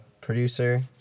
producer